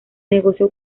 negocio